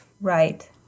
Right